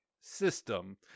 system